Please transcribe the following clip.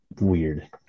weird